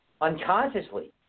unconsciously